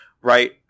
right